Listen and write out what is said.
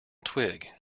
twig